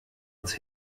uns